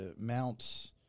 Mount